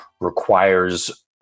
requires